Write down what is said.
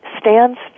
stands